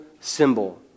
symbol